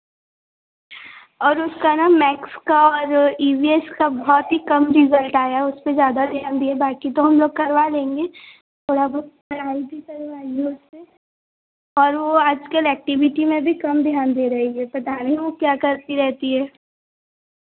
और उसका ना मैथ्स का और ई वी एस का बहुत ही कम रिजल्ट आया है उस पर ज़्यादा ध्यान दें बाकी तो हम लोग करवा लेंगे थोड़ा बहुत पढ़ाई भी करवाइए उससे और वह आज कल एक्टिविटी में भी कम ध्यान दे रही है पता नहीं वह क्या करती रहती है